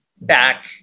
back